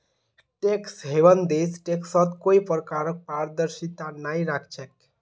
tax haven देश टैक्सत कोई प्रकारक पारदर्शिता नइ राख छेक